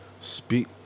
speak